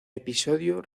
episodio